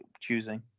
choosing